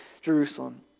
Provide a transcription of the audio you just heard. Jerusalem